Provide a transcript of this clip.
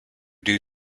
due